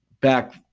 back